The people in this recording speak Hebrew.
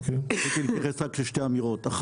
אני רוצה להתייחס לשתי אמירות: א',